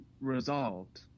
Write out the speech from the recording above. resolved